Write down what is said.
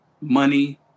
money